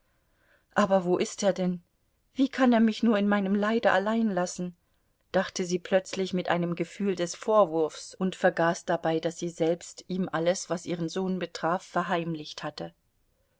aber wo ist er denn wie kann er mich nur in meinem leide allein lassen dachte sie plötzlich mit einem gefühl des vorwurfs und vergaß dabei daß sie selbst ihm alles was ihren sohn betraf verheimlicht hatte